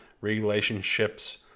relationships